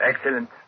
Excellent